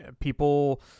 people